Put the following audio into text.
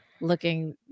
looking